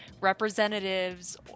representatives